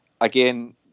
again